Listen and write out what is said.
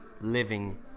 living